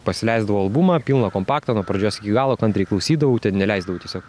pasileisdavau albumą pilną kompaktą nuo pradžios iki galo kantriai klausydavau neleisdavau tiesiog